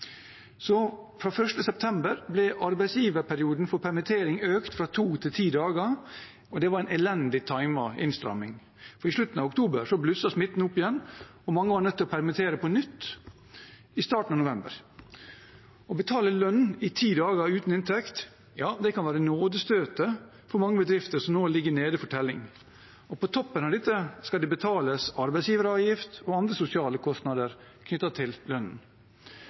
Fra 1. september ble arbeidsgiverperioden for permittering økt fra to til ti dager, og det var en elendig timet innstramming. I slutten av oktober blusset smitten opp igjen, og mange var nødt til å permittere på nytt i starten av november. Å betale lønn i ti dager uten inntekt kan være nådestøtet for mange bedrifter som nå ligger nede for telling, og på toppen av dette skal det betales arbeidsgiveravgift og andre sosiale kostnader knyttet til